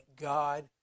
God